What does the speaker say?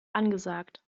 angesagt